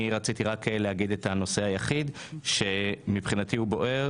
אני רציתי רק להגיד את הנושא היחיד שמבחינתי הוא בוער,